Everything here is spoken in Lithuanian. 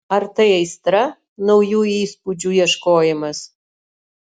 ar tai aistra naujų įspūdžių ieškojimas